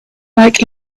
like